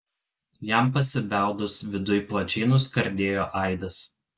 jam pasibeldus viduj plačiai nuskardėjo aidas